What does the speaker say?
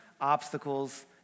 obstacles